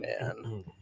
man